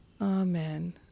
amen